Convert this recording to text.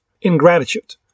ingratitude